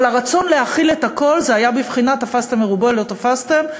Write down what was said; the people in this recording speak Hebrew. אבל הרצון להכיל את הכול היה בבחינת תפסתם מרובה לא תפסתם,